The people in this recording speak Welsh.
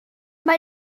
mae